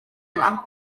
yna